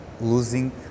losing